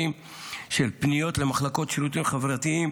של פניות למחלקות שירותים חברתיים.